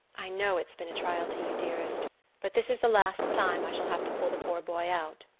i know it's been a trial to you, dearest but this is the last time i shall have to pull the poor boy out.